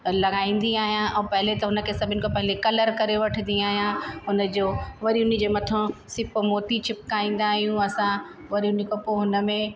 लॻाईंदी आहियां और पहले त हुनखे सभिनी खां पहले कलर करे वठंदी आहियां हुनजो वरी हुनजे मथां सिप मोती चिपकाईंदा आहियूं असां वरी हुन खां पोइ हुन में